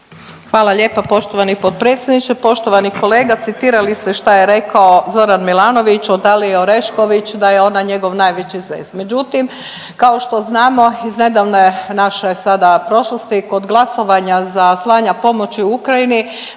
Hvala lijepa poštovani potpredsjedniče. Poštovani kolega, citirali ste što je rekao Zoran Milanović o Daliji Orešković da je ona njegov najveći zez. Međutim, kao što znamo iz nedavne naše sada prošlosti kod glasovanja za slanja pomoći u Ukrajini